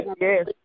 yes